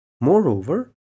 Moreover